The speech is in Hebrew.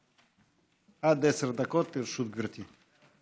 בבקשה, עד עשר דקות לרשות גברתי.